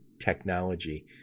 technology